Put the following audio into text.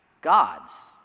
God's